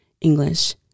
English